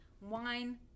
Wine